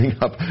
up